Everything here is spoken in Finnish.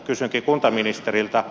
kysynkin kuntaministeriltä